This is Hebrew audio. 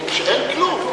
שאין כלום,